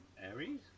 Aries